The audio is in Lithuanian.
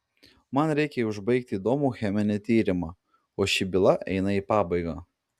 man reikia užbaigti įdomų cheminį tyrimą o ši byla eina į pabaigą